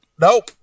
Nope